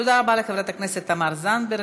תודה רבה לחברת הכנסת תמר זנדברג.